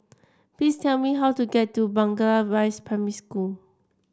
please tell me how to get to Blangah Rise Primary School